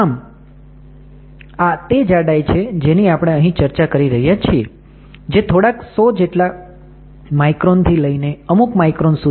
આમ આ એ જાડાઈ છે જેની આપણે અહી ચર્ચા કરી રહ્યા છીએ જે થોડાક 100 જેટલા માઈક્રોન થી લઈને અમુક માઈક્રોન સુધી ની છે